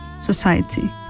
society